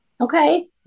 okay